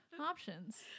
options